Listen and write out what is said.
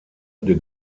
der